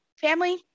family